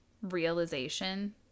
realization